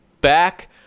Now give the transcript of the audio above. back